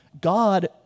God